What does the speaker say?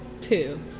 two